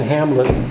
Hamlet